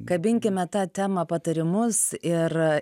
kabinkime tą temą patarimus ir